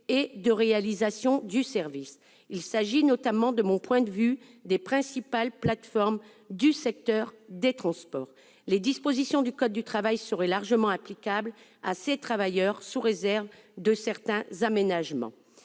et de réalisation du service. Il s'agit notamment, de mon point de vue, des principales plateformes du secteur des transports. Les dispositions du code du travail seraient largement applicables à ces travailleurs, sous réserve de certains aménagements.